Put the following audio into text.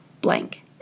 blank